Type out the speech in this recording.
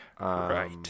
Right